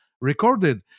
recorded